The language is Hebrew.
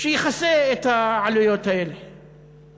שיכסה את העלויות האלה